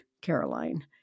Caroline